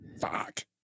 Fuck